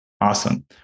awesome